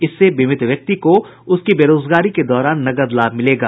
इससे बीमित व्यक्ति को उसकी बेरोजगारी के दौरान नकद लाभ मिलेगा